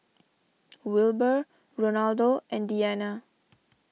Wilbur Ronaldo and Deana